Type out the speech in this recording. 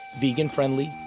vegan-friendly